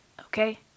Okay